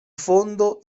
fondo